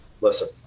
listen